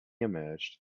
emerged